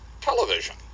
television